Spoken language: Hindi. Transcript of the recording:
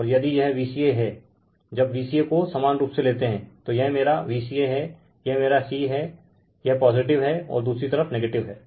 और यदि यह Vca हैं जब Vca को समान रूप से लेते हैं तो यह मेरा Vca हैं यह मेरा c है यह पॉजिटिव हैं और दूसरी तरफ नेगेटिव हैं